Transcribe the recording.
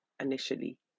initially